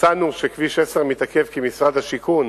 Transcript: מצאנו שכביש 10 מתעכב כי משרד השיכון